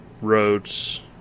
roads